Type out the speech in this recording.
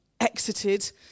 exited